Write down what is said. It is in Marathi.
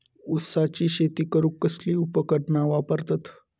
ऊसाची शेती करूक कसली उपकरणा वापरतत?